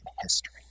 history